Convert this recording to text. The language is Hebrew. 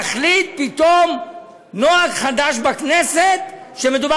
להחליט פתאום על נוהג חדש בכנסת שמדובר